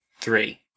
three